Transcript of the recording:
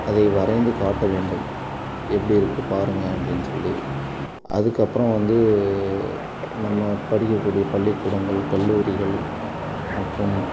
அதை வரைந்து காட்ட வேண்டும் எப்படி இருக்குது பாருங்கள் அப்படின்னு சொல்லி அதுக்கப்புறம் வந்து நம்ம படிக்கக்கூடிய பள்ளிக்கூடங்கள் கல்லூரிகள் மற்றும்